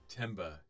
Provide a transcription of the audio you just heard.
Timba